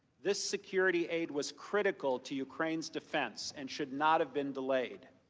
this security aid was critical to ukraine's defense and should not have been delayed.